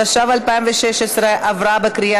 התשע"ו 2016, נתקבל.